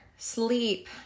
Sleep